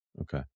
Okay